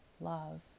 love